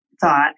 thought